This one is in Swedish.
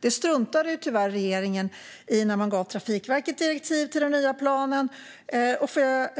Tyvärr struntade regeringen i detta när man gav Trafikverket direktiv till den nya planen. Jag